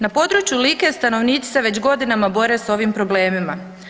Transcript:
Na području Like stanovnici se već godinama bore s ovim problemima.